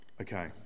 Okay